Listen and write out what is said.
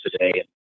today